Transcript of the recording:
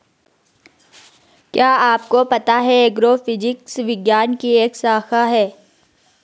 क्या आपको पता है एग्रोफिजिक्स विज्ञान की एक शाखा है?